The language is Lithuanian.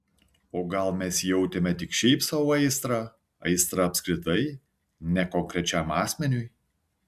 o gal mes jautėme tik šiaip sau aistrą aistrą apskritai ne konkrečiam asmeniui